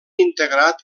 integrat